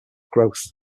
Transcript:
growth